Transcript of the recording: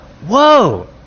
Whoa